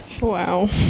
Wow